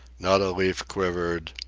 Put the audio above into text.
not a leaf quivered,